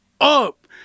up